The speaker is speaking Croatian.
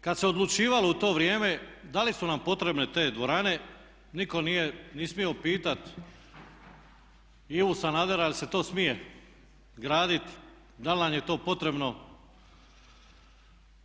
Međutim, kad se odlučivalo u to vrijeme da li su nam potrebne te dvorane nitko nije smio pitat Ivu Sanadera jel' se to smije gradit, dal' nam je to potrebno,